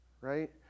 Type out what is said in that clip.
right